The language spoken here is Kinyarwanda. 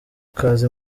kaza